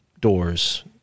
doors